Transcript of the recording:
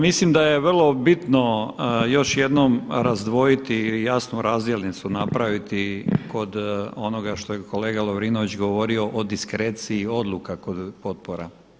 Mislim da je vrlo bitno još jednom razdvojiti i jasnu razdjelnicu napraviti kod onoga što je kolega Lovrinović govorio o diskreciji odluka kod potpora.